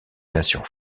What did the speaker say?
nations